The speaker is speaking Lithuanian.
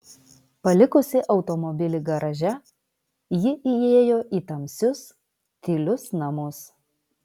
palikusi automobilį garaže ji įėjo į tamsius tylius namus